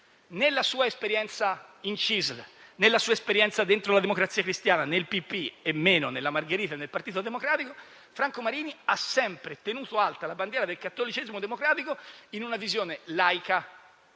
nella sua esperienza in CISL, nella Democrazia Cristiana, nel PPI e - meno - nella Margherita e nel Partito Democratico, Franco Marini ha sempre tenuto alta la bandiera del cattolicesimo democratico in una visione laica,